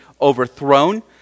overthrown